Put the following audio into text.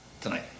tonight